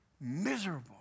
miserable